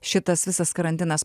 šitas visas karantinas